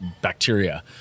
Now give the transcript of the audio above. bacteria